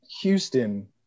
Houston